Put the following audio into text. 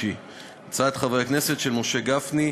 ובהצעות לסדר-היום שהעלו חברי הכנסת משה גפני,